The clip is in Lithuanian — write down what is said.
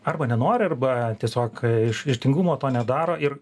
arba nenori arba tiesiog iš iš tingumo to nedaro ir